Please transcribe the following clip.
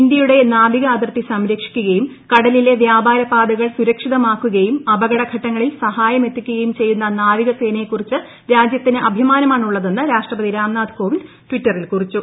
ഇന്ത്യയുടെ നാവിക അതിർത്തി സംരക്ഷിക്കുകയും കടലിലെ വ്യാപാര പാതകൾ സുരക്ഷിതമാക്കുകയും അപകട ഘട്ടങ്ങളിൽ സഹായം എത്തിക്കുകയും ചെയ്യുന്ന നാവിക സേനയെ കുറിച്ച് രാജ്യത്തിന് അഭിമാനമാണുള്ളതെന്ന് രാഷ്ട്രപതി രാം നാഥ് കോവിന്ദ് ടിറ്ററിൽ കുറിച്ചു